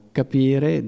capire